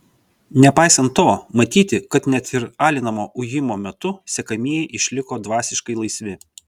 nepaisant to matyti kad net ir alinamo ujimo metu sekamieji išliko dvasiškai laisvi